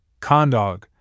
condog